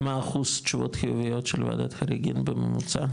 מה אחוז תשובות חיוביות של וועדת חריגים בממוצע,